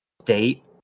state